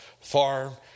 farm